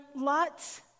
lots